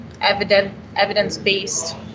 evidence-based